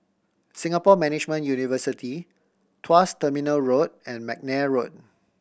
Singapore Management University Tuas Terminal Road and McNair Road